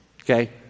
Okay